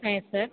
ah yes sir